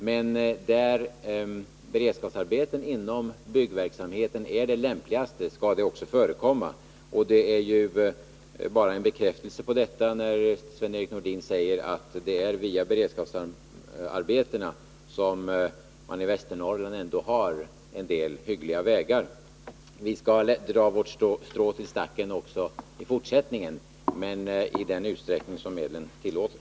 Men där beredskapsarbeten inom byggverksamheten är det lämpligaste skall det också förekomma. Det är ju bara en bekräftelse på detta när Sven-Erik Nordin säger att det är via beredskapsarbete man i Västernorrland ändå har en del hyggliga vägar. Vi skall dra vårt strå till stacken också i fortsättningen, men i den utsträckning som medlen tillåter.